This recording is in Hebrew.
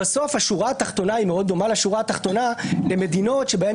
בסוף השורה התחתונה מאוד דומה למדינות שיש בהן